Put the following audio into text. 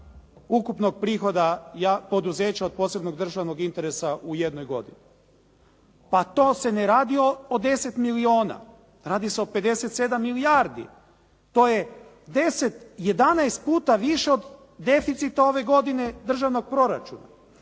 ukupnog prihoda poduzeća od posebnog državnog interesa u jednoj godini. Pa to se ne radi o 10 milijuna, radi se o 57 milijardi. To je 11 puta više od deficita ove godine državnog proračuna.